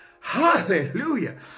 Hallelujah